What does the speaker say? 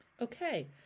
Okay